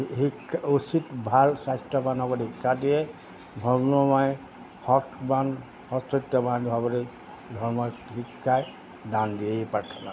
শিক্ষা উচিত ভাল স্বাস্থ্যৱান হ'ব শিক্ষা দিয়ে ধৰ্ম সৎমান সচত্যমানভাৱে ধৰ্ম শিক্ষাই দান দিয়ে এই পাৰ্থনা